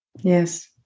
Yes